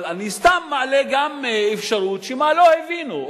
אני סתם מעלה את האפשרות שמא לא הבינו,